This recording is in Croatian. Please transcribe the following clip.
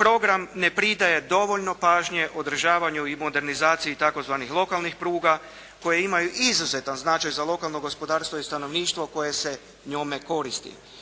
program ne pridaje dovoljno pažnje održavanju i modernizaciji tzv. lokalnih pruga koje imaju izuzetan značaj za lokalno gospodarstvo i stanovništvo koje se njome koristi.